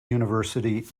university